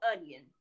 onion